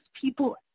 people